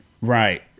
Right